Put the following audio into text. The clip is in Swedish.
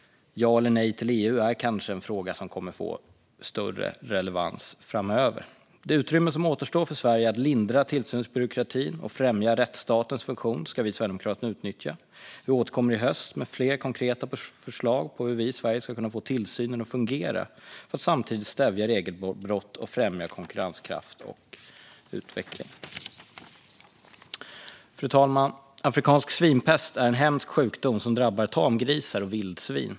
Ja eller nej till EU är kanske en fråga som kommer att få större relevans framöver. Det utrymme som återstår för Sverige att lindra tillsynsbyråkratin och främja rättsstatens funktion ska vi sverigedemokrater utnyttja. Vi återkommer i höst med fler konkreta förslag på hur vi i Sverige ska kunna få tillsynen att fungera för att samtidigt stävja regelbrott och främja konkurrenskraft och utveckling. Fru talman! Afrikansk svinpest är en hemsk sjukdom som drabbar tamgrisar och vildsvin.